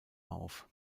auf